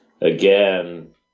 Again